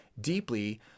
deeply